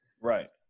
Right